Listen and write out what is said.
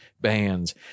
bands